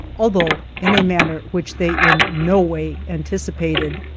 although in a manner which they in no way anticipated.